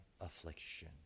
affliction